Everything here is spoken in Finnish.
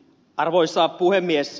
arvoisa puhemies